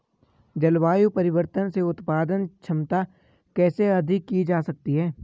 जलवायु परिवर्तन से उत्पादन क्षमता कैसे अधिक की जा सकती है?